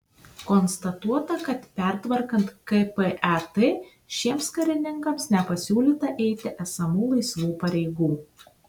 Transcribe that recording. konstatuota kad pertvarkant kpat šiems karininkams nepasiūlyta eiti esamų laisvų pareigų